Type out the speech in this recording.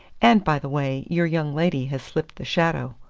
and, by the way, your young lady has slipped the shadow.